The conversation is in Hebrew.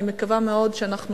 אני מקווה מאוד שאנחנו